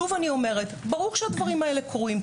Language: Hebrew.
שוב אני אומרת, ברור שהדברים האלה קורים.